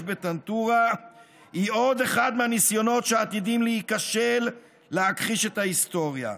בטנטורה היא עוד אחד מהניסיונות שעתידים להיכשל להכחיש את ההיסטוריה.